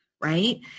right